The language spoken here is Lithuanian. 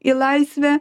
į laisvę